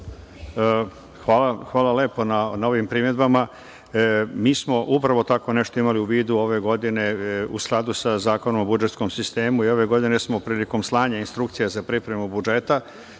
Hvala lepo na ovim primedbama. Mi smo upravo tako nešto imali u vidu ove godine, u skladu sa Zakonom o budžetskom sistemu, i ove godine smo prilikom slanja instrukcija za pripremu budžeta,